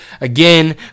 again